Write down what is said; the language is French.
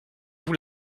vous